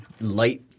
light